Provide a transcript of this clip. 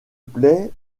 plaît